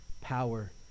power